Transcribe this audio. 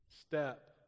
step